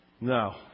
No